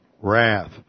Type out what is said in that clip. wrath